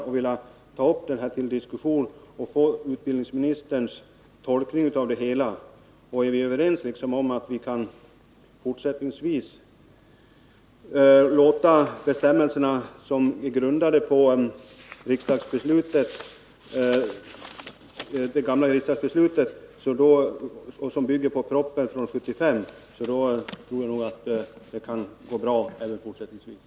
Jag har velat ta upp den till diskussion för att få del av utbildningsministerns tolkning av det hela. Men om vi är överens om att bestämmelserna även fortsättningsvis skall tolkas enligt det riksdagsbeslut som bygger på propositionen från år 1975, så tror jag att det skall kunna fungera även i framtiden.